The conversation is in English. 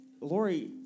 Lori